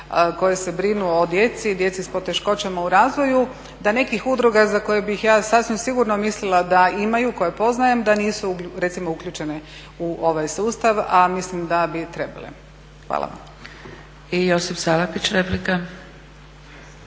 koje se brinu o djeci, djeci s poteškoćama u razvoju da nekih udruga za koje bih ja sasvim sigurno mislila da imaju, koje poznajem da nisu recimo uključene u ovaj sustav, a mislim da bi trebale. Hvala vam. **Zgrebec, Dragica